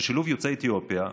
שילוב יוצאי אתיופיה,